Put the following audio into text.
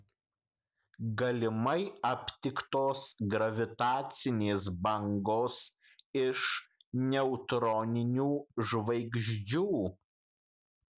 galimai aptiktos gravitacinės bangos iš neutroninių žvaigždžių